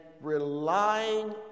relying